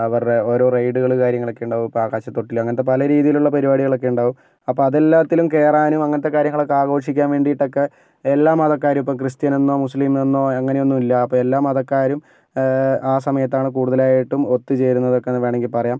അവരുടെ ഓരോ റൈഡുളും കാര്യങ്ങളൊക്കെ ഉണ്ടാകും അപ്പോൾ ആകാശത്തൊട്ടിൽ അങ്ങനത്തെ പല രീതിയിലുള്ള പരിപാടികൾ ഒക്കെ ഉണ്ടാകും അപ്പോൾ അതെല്ലാറ്റിലും കയറാനും അങ്ങനത്തെ കാര്യങ്ങളൊക്കെ ആഘോഷിക്കാൻ വേണ്ടിയിട്ടൊക്കെ എല്ലാ മതക്കാരും ഇപ്പോൾ ക്രിസ്ത്യനെന്നോ മുസ്ലീമെന്നോ അങ്ങനെയൊന്നുമല്ല ഇപ്പോൾ എല്ലാ മതക്കാരും ആ സമയത്താണ് കൂടുതലായിട്ടും ഒത്തുചേരുന്നതൊക്കെ എന്ന് വേണമെങ്കിൽ പറയാം